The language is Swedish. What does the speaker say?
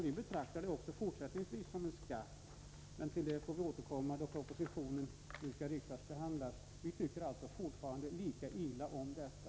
Vi betraktar också fortsättningsvis avgiften som en skatt. Men vi får återkomma till detta när propositionen skall riksdagsbehandlas. Vi tycker alltså fortfarande lika illa om detta.